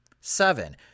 Seven